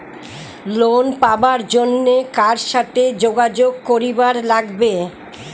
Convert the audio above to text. Loan পাবার জন্যে কার সাথে যোগাযোগ করিবার লাগবে?